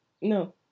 No